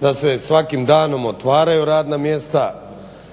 da se svakim danom otvaraju radna mjesta,